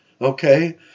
Okay